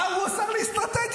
אה, הוא השר לאסטרטגיה?